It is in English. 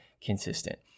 consistent